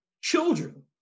children